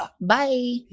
bye